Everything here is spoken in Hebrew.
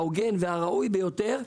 ההוגן והראוי ביותר,